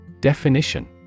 Definition